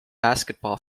basketball